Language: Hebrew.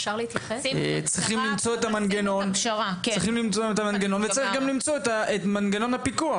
צריכים למצוא את המנגנון וצריך גם למצוא את מנגנון הפיקוח.